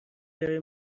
داره